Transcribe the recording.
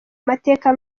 mateka